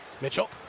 Mitchell